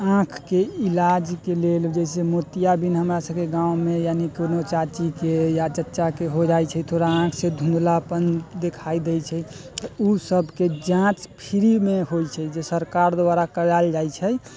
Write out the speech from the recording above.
आँखिके इलाजके लेल जैसे मोतियाबिंद हमरासभके गाममे यानि कोनो चाचीके या चच्चाके हो जाइत छै थोड़ा आँखिसँ धुँधलापन दिखाइ दैत छै तऽ ओसभके जाँच फ्रीमे होइत छै जे सरकार द्वारा करायल जाइत छै